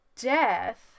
death